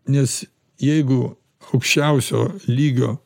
nes jeigu aukščiausio lygio